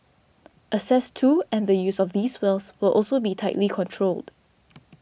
access to and the use of these wells will also be tightly controlled